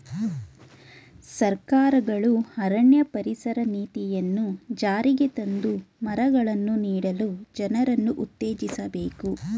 ಸರ್ಕಾರಗಳು ಅರಣ್ಯ ಪರಿಸರ ನೀತಿಯನ್ನು ಜಾರಿಗೆ ತಂದು ಮರಗಳನ್ನು ನೀಡಲು ಜನರನ್ನು ಉತ್ತೇಜಿಸಬೇಕು